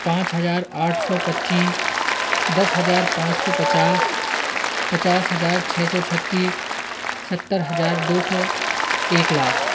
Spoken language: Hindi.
पाँच हज़ार आठ सौ पच्चीस दस हज़ार पाँच सौ पचास पचास हज़ार छह सौ छत्तीस सत्तर हज़ार दो सौ एक लाख